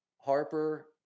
Harper